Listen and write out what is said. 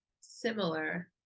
similar